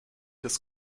des